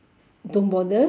don't bother